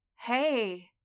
hey